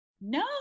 No